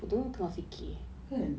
kan